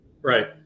right